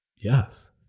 Yes